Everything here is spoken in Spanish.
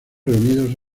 reunidos